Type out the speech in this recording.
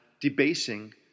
debasing